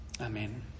amen